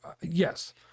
yes